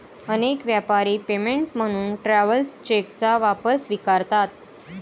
अनेक व्यापारी पेमेंट म्हणून ट्रॅव्हलर्स चेकचा वापर स्वीकारतात